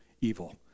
evil